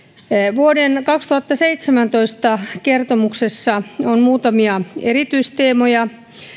vuoden kaksituhattaseitsemäntoista kertomuksessa on muutamia erityisteemoja